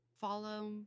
follow